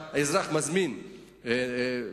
כאשר אזרח מזמין ניידת,